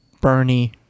Bernie